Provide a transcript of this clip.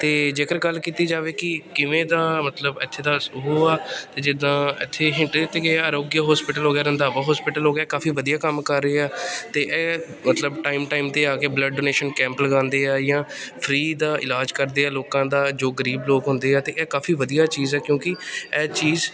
ਅਤੇ ਜੇਕਰ ਗੱਲ ਕੀਤੀ ਜਾਵੇ ਕਿ ਕਿਵੇਂ ਦਾ ਮਤਲਬ ਇੱਥੇ ਦਾ ਉਹ ਆ ਅਤੇ ਜਿੱਦਾਂ ਇੱਥੇ ਹਿੰਟ ਦਿੱਤੇ ਗਏ ਅਰੋਗਿਆ ਹੋਸਪੀਟਲ ਹੋ ਗਿਆ ਰੰਧਾਵਾ ਹੋਸਪੀਟਲ ਹੋ ਗਿਆ ਇਹ ਕਾਫ਼ੀ ਵਧੀਆ ਕੰਮ ਕਰ ਰਹੇ ਆ ਅਤੇ ਇਹ ਮਤਲਬ ਟਾਈਮ ਟਾਈਮ 'ਤੇ ਆ ਕੇ ਬਲੱਡ ਡੋਨੇਸ਼ਨ ਕੈਂਪ ਲਗਾਉਂਦੇ ਆ ਜਾਂ ਫਰੀ ਦਾ ਇਲਾਜ ਕਰਦੇ ਆ ਲੋਕਾਂ ਦਾ ਜੋ ਗਰੀਬ ਲੋਕ ਹੁੰਦੇ ਆ ਅਤੇ ਇਹ ਕਾਫ਼ੀ ਵਧੀਆ ਚੀਜ਼ ਹੈ ਕਿਉਂਕਿ ਇਹ ਚੀਜ਼